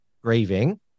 grieving